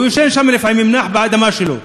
והוא ישן שם לפעמים, נח באדמה שלו.